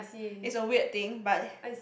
is a weird thing but